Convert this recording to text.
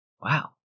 Wow